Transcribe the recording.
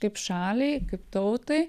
kaip šaliai kaip tautai